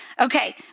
Okay